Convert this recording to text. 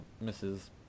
misses